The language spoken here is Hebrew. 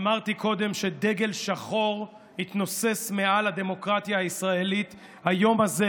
אמרתי קודם שדגל שחור התנוסס מעל הדמוקרטיה הישראלית היום הזה,